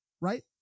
Right